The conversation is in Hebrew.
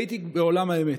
הייתי בעולם האמת.